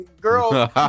girls